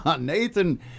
Nathan